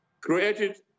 created